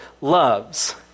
loves